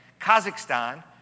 Kazakhstan